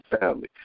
family